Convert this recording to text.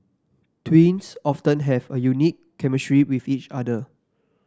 twins often have a unique chemistry with each other